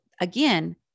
again